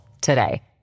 today